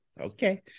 Okay